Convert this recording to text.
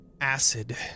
acid